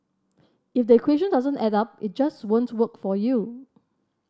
if the equation doesn't add up it just won't work for you